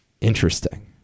Interesting